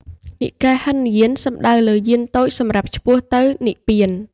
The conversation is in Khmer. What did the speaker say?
និកាយហីនយាន សំដៅលើយានតូចសម្រាប់ឆ្ពោះទៅនិព្វាន។